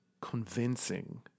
convincing